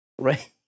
Right